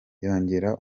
yongera